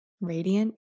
radiant